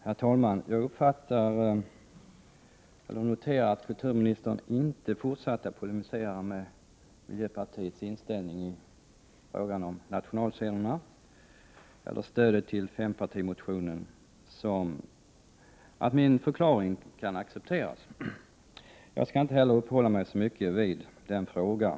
Herr talman! Jag noterar att kulturministern inte fortsatte att polemisera med miljöpartiet i fråga om nationalscenerna eller om stödet till fempartimotionen, och att min förklaring kan accepteras. Jag skall heller inte uppehålla mig särskilt mycket vid den frågan.